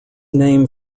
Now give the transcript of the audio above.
name